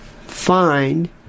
find